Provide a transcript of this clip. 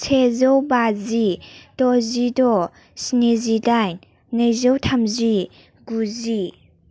सेजौ बाजि द'जि द' स्निजि डाइन नैजौ थामजि गुजि